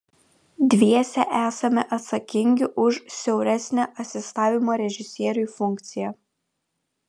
dviese esame atsakingi už siauresnę asistavimo režisieriui funkciją